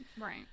Right